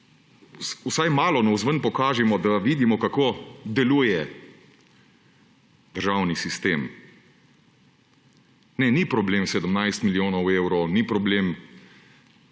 Vsaj malo navzven pokažimo, da vidimo, kako deluje državni sistem. Ne, ni problem 17 milijonov evrov, ni problem